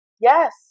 Yes